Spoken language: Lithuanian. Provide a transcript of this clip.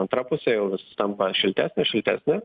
antra pusė jau tampa šiltesnė šaltesnė